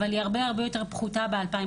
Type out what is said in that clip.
אבל היא הרבה הרבה יותר פחותה ב-2021.